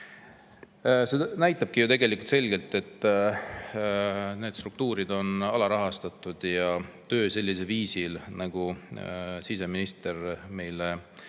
See näitab ju tegelikult selgelt, et need struktuurid on alarahastatud ja töö sellisel viisil, nagu siseminister meile